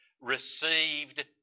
received